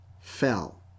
fell